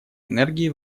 энергии